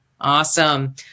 Awesome